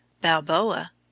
Balboa